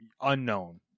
unknown